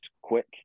quick